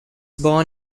born